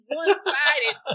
one-sided